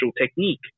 technique